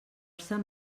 sant